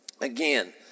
again